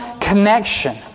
connection